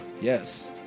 Yes